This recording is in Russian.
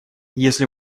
если